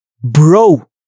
bro